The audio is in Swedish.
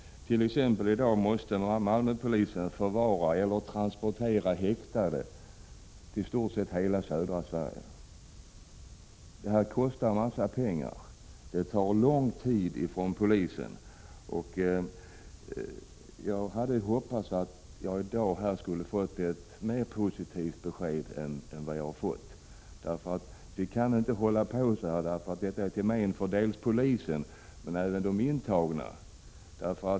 I dag måste Malmöpolisen t.ex. förvara eller transportera häktade över i stort sett hela södra Sverige. Det kostar en massa pengar, och det tar lång tid för polisen. Jag hade hoppats att jag skulle få ett mer positivt besked här i dag än det jag har fått. Vi kan inte hålla på så här — det är till men både för polisen och för de intagna.